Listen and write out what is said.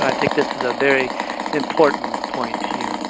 i think this is a very important point here.